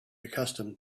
accustomed